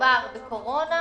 שמדובר בקורונה,